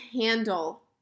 handle